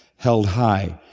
held high.